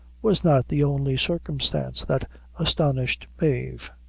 was not the only circumstance that astonished mave.